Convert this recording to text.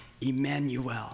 Emmanuel